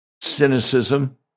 cynicism